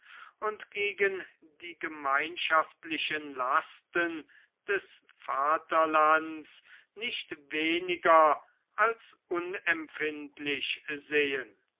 und gegen die gemeinschaftlichen lasten des vaterlands nichts weniger als unempfindlich sehen